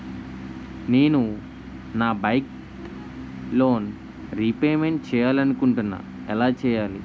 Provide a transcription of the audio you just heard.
నేను నా bike loan repayment చేయాలనుకుంటున్నా ఎలా చేయాలి?